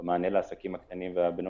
בעיקר במענה לעסקים הקטנים והבינוניים.